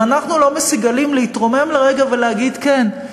אם אנחנו לא מסוגלים להתרומם רגע ולהגיד: כן,